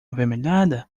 avermelhada